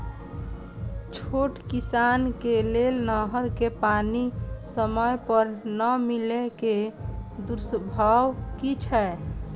छोट किसान के लेल नहर के पानी समय पर नै मिले के दुष्प्रभाव कि छै?